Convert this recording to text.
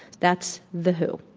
that's the who.